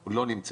הוא לא נמצא?